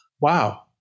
Wow